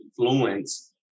influence